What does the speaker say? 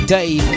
Dave